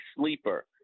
Sleeper